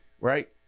Right